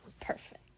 Perfect